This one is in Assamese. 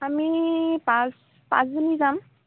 আমি পাঁচ পাঁচজনী যাম